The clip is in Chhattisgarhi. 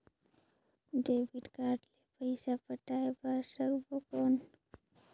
डेबिट कारड ले पइसा पटाय बार सकबो कौन?